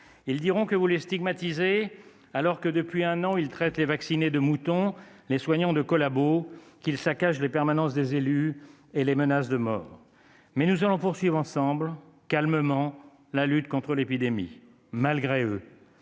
Ils diront que vous les stigmatisez, alors que depuis un an ils traitent les vaccinés de moutons et les soignants de collabos, alors qu'ils menacent de mort les élus et saccagent leurs permanences. Mais nous allons poursuivre ensemble, calmement, la lutte contre l'épidémie, malgré eux